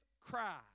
cry